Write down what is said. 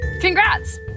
Congrats